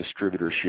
distributorship